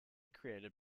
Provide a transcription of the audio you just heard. created